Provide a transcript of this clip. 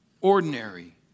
ordinary